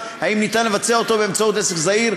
האם ניתן לבצע אותו באמצעות עסק זעיר,